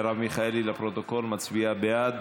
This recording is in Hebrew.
מרב מיכאלי, לפרוטוקול, מצביעה בעד.